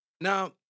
Now